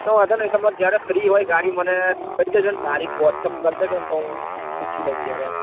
તો વાંધો નય તમાર જ્યારે ફ્રી હોય ગાડી મને કય દેજો ન સારી વ્હોટસપ કર દેજો તો હું પૂછી લવ ઘેર એમ